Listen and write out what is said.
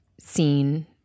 seen